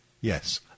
Yes